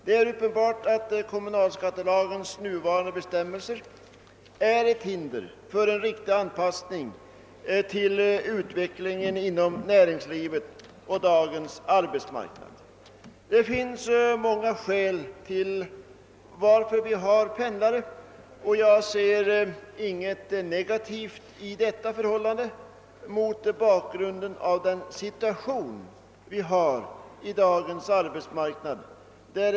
Det är uppenbart att kommunalskattelagens nuvarande bestämmelser är ett hinder för en riktig anpassning till utvecklingen inom näringslivet och dagens arbetsmarknad. Det finns många skäl till att vi har des sa pendlare, och jag ser inget negativt i detta förhållande mot bakgrund av dagens situation på arbetsmarknaden.